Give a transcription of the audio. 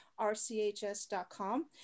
rchs.com